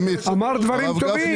הוא אמר דברים טובים.